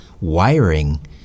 wiring